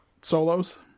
solos